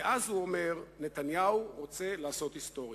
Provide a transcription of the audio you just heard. ואז הוא אומר: "נתניהו רוצה לעשות היסטוריה".